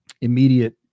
immediate